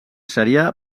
seria